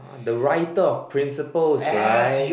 are the writer of principles right